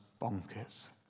bonkers